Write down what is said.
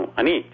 ani